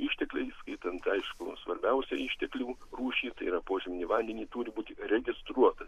ištekliai įskaitant aišku svarbiausią išteklių rūšį tai yra požeminį vandenį turi būti registruota